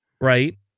Right